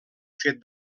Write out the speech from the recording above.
fet